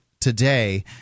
today